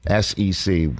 SEC